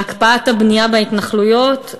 להקפאת הבנייה בהתנחלויות,